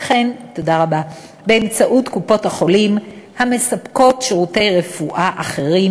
וכן באמצעות קופות-החולים המספקות שירותי רפואה אחרים,